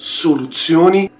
soluzioni